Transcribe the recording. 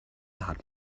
hat